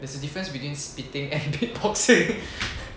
there's a difference between splitting and beatboxing